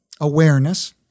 awareness